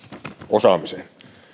osaamiseen